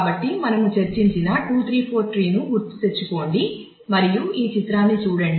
కాబట్టి మనము చర్చించిన 2 3 4 ట్రీ ను గుర్తుకు తెచ్చుకోండి మరియు ఈ చిత్రాన్ని చూడండి